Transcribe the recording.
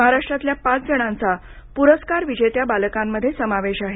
महाराष्ट्रातल्या पाच जणांचा पुरस्कार विजेत्या बालकांमध्ये समावेश आहे